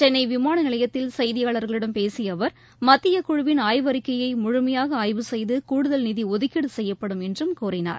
சென்னை விமான நிலையத்தில் செய்தியாளாகளிடம் பேசிய அவர் மத்தியக் குழுவின் ஆய்வறிக்கையை முழுமையாக ஆய்வு செய்து கூடுதல் நிதி ஒதுக்கீடு செய்யப்படும் என்றும் கூறினார்